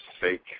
fake